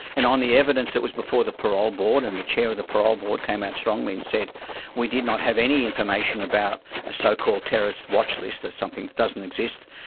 and on the evidence that was before the parole board and the chair of the parole board came out strongly and said we did not have any information about a so-called terrorist watch list, that's something that doesn't exist.